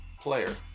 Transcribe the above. player